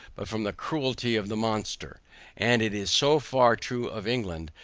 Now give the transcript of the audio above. but from the cruelty of the monster and it is so far true of england,